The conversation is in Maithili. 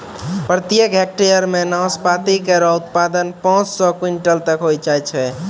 प्रत्येक हेक्टेयर म नाशपाती केरो उत्पादन पांच सौ क्विंटल तक होय जाय छै